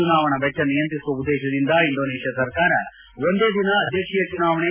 ಚುನಾವಣಾ ವೆಚ್ಚ ನಿಯಂತ್ರಿಸುವ ಉದ್ದೇಶದಿಂದ ಇಂಡೋನೇಷ್ಯಾ ಸರ್ಕಾರ ಒಂದೇ ದಿನ ಅಧ್ಯಕ್ಷೀಯ ಚುನಾವಣೆ